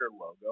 logo